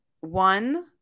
one